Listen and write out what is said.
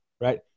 right